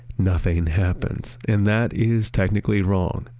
nothing happens, and that is technically wrong.